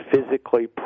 physically